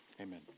amen